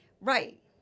Right